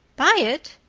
buy it!